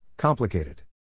Complicated